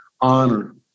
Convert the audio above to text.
honor